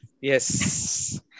Yes